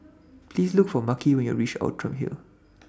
Please Look For Makhi when YOU REACH Outram Hill